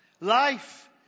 life